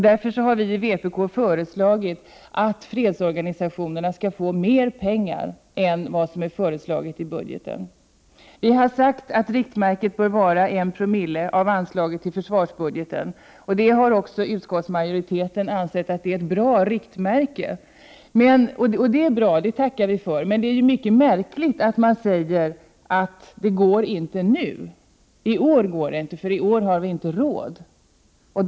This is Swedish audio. Därför har vi i vpk föreslagit att fredsorganisationerna skall få mer pengar än som föreslås i budgeten. Vi har sagt att riktmärket bör vara en promille av anslaget till försvarsbudgeten. Det anser utskottsmajoriteten är ett bra riktmärke, det är bra och det tackar jag för. Men det är mycket märkligt att utskottsmajoriteten anser att detta inte är möjligt i år, eftersom den anser att Sverige inte har råd.